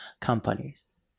companies